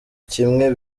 kimwe